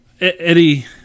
Eddie